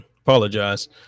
apologize